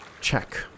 check